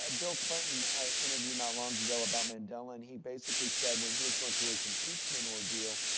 ah bill clinton, i interviewed not long ago about mandela. and, he basically said, when he was going through his impeachment ordeal,